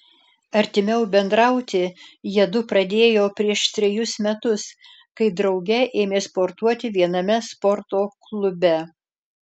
artimiau bendrauti jiedu pradėjo prieš trejus metus kai drauge ėmė sportuoti viename sporto klube